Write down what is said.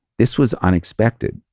this was unexpected.